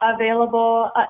available